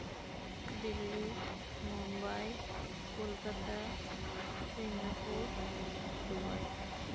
Delhi Mumbai Kolkata Singapore Dubai